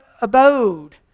abode